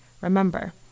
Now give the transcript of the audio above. remember